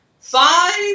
five